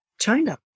China